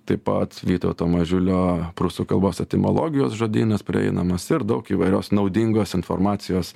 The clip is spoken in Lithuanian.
taip pat vytauto mažiulio prūsų kalbos etimologijos žodynas prieinamas ir daug įvairios naudingos informacijos